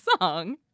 song